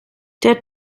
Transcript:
der